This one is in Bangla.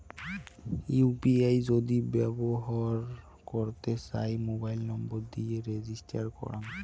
ইউ.পি.আই যদি ব্যবহর করতে চাই, মোবাইল নম্বর দিয়ে রেজিস্টার করাং